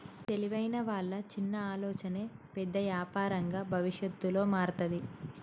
తెలివైన వాళ్ళ చిన్న ఆలోచనే పెద్ద యాపారంగా భవిష్యత్తులో మారతాది